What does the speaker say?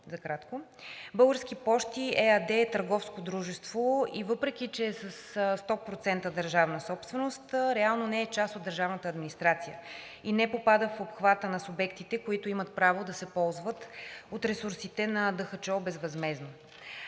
„Български пощи“ ЕАД е търговско дружество и въпреки че е 100% държавна собственост, реално не е част от държавната администрация и не попада в обхвата на субектите, които имат право да се възползват от ресурсите на ДХЧО безвъзмездно.